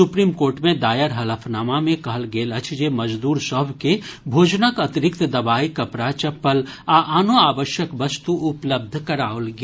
supreme court मे दायर हलफनामा मे कहल गेल अछि जे मजदूर सभ के भोजनक अतिरिक्त दवाई कपड़ा चप्पल आ आनो आवश्यक वस्तु उपलब्ध कराओल गेल